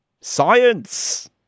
Science